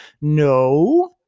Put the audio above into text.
No